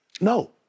No